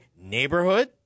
neighborhood